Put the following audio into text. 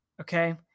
Okay